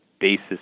basis